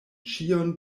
ĉion